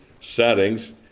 settings